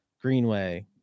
Greenway